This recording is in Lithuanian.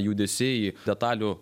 judesiai detalių